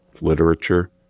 literature